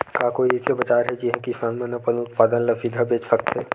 का कोई अइसे बाजार हे जिहां किसान मन अपन उत्पादन ला सीधा बेच सकथे?